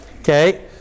Okay